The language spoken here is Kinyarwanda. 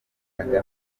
yigeze